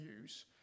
use